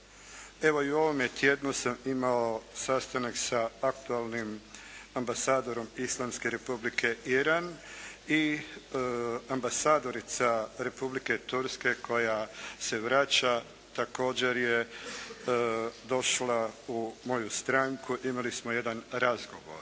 Evo, i u ovome tjednu sam imao sastanak sa aktualnim amabasadorom Islamske Republike Iran i ambasadorica Republike Turske koja se vraća također je došla u moju stranku, imali smo jedan razgovor.